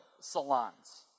salons